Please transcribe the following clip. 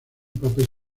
papel